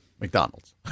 McDonald's